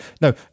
No